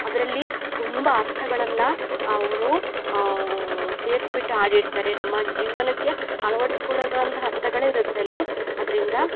ಅದರಲ್ಲಿ ತುಂಬ ಅರ್ಥಗಳನ್ನು ಅವರು ಸೆರಿಸ್ಬಿಟ್ ಹಾಡೇಳ್ತಾರೆ ನಮ್ಮ ಜೀವನಕ್ಕೆ ಅಳ್ವಡಿಸ್ಕೊಳ್ಳುಗಳಂತಹ ಅರ್ಥಗಳೇ ಇರತ್ತಲ್ಲಿ ಅದ್ರಿಂದ